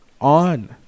on